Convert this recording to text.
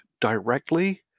directly